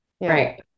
Right